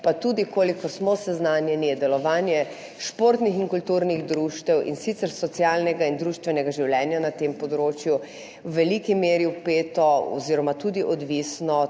pa tudi, kolikor smo seznanjeni, je delovanje športnih in kulturnih društev, in sicer socialnega in društvenega življenja na tem področju, v veliki meri vpeto oziroma tudi odvisno